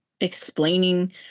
explaining